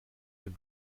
dem